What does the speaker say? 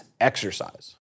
exercise